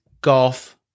golf